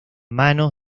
manos